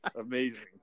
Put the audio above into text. Amazing